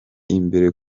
imbere